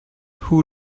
who